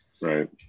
right